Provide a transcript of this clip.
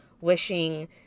wishing